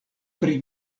pri